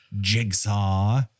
Jigsaw